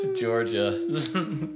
Georgia